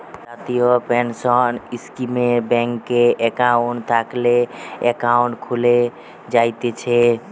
জাতীয় পেনসন স্কীমে ব্যাংকে একাউন্ট থাকলে একাউন্ট খুলে জায়তিছে